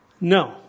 No